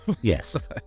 Yes